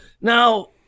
Now